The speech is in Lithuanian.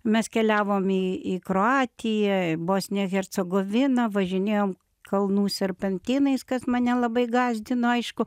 mes keliavom į į kroatiją bosniją hercegoviną važinėjom kalnų serpantinais kas mane labai gąsdino aišku